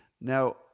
Now